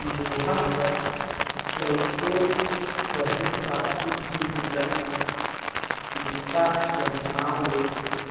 लोहा कर चउकोर पहे साकुर चीज ल इरता कर नाव ले